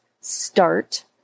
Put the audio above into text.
start